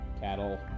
cattle